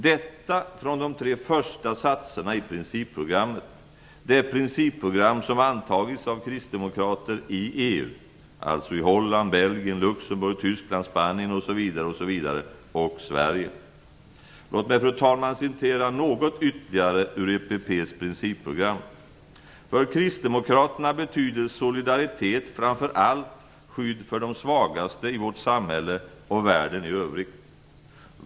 Detta är alltså hämtat från de tre första satserna i principprogrammet - det principprogram som antagits av kristdemokrater i EU, dvs. i Holland, Belgien, Låt mig, fru talman, läsa upp ytterligare något ur - För kristdemokraterna betyder solidaritet framför allt skydd för de svagaste i vårt samhälle och världen i övrigt.